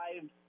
five